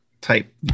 type